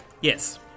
Yes